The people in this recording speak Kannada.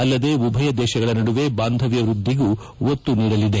ಅಲ್ಲದೆ ಉಭಯ ದೇಶಗಳ ನಡುವೆ ಬಾಂಧವ್ಯ ವೃದ್ಧಿಗೂ ಒತ್ತು ನೀಡಲಿದೆ